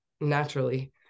naturally